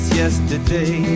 yesterday